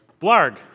blarg